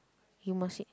you must sit